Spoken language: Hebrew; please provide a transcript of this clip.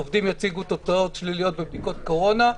עובדים יציגו תוצאות שליליות בבדיקות קורונה,